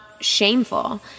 shameful